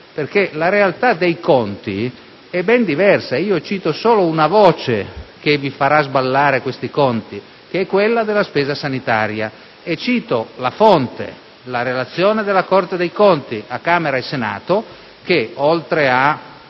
perché la realtà dei conti è ben diversa. Indìco solo una voce che vi farà sballare questi conti che è quella della spesa sanitaria e cito la fonte, cioè la relazione della Corte dei conti a Camera e Senato che, oltre a